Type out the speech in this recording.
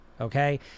okay